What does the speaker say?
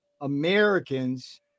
Americans